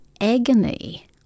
agony